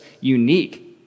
unique